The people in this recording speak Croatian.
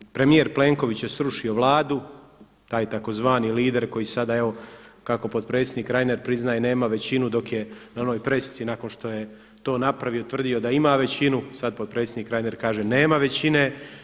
I evo, premijer Plenković je srušio Vladu, taj tzv. lider koji sada evo kako potpredsjednik Reiner priznaje nema većinu dok je na onoj pressici nakon što je to napravio tvrdio da ima većinu, sada potpredsjednik Reiner kaže nema većine.